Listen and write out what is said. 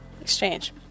exchange